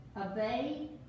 Obey